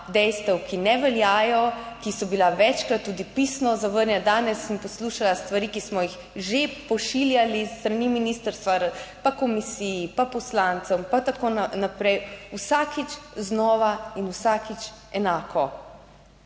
dejstev, ki ne veljajo, ki so bila večkrat tudi pisno zavrnjena. Danes sem poslušala stvari, ki smo jih že pošiljali s strani ministrstva, pa komisiji, pa poslancem, pa tako naprej, vsakič znova in vsakič enako.